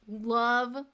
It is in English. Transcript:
love